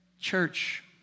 Church